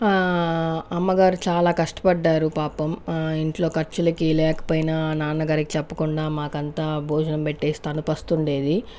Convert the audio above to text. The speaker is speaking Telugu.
అమ్మగారు చాలా కష్టపడ్డారు పాపం ఇంట్లో ఖర్చులకి లేకపోయినా నాన్నగారికి చెప్పకుండా మాకంతా భోజనం పెట్టేసి తాను పస్తు ఉండేది